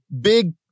big—